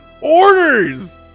orders